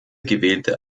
gewählte